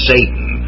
Satan